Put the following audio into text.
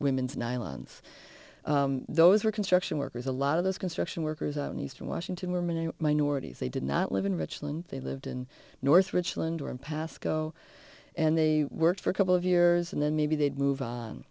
women's nylons those were construction workers a lot of those construction workers and eastern washington women and minorities they did not live in richland they lived in north richland or in pascoe and they worked for a couple of years and then maybe they'd move on